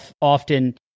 often